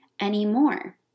anymore